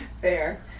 Fair